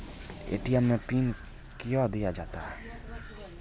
ATM मे PIN कयो दिया जाता हैं?